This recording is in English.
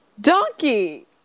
Donkey